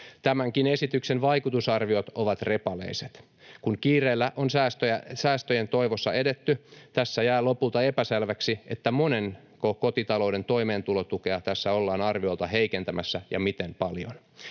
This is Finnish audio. Tämänkin esityksen vaikutusarviot ovat repaleiset. Kun kiireellä on säästöjen toivossa edetty, tässä jää lopulta epäselväksi, monenko kotitalouden toimeentulotukea tässä ollaan arviolta heikentämässä ja miten paljon.